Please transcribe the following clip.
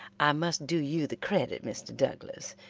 i must do you the credit, mr. douglas,